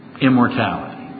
Immortality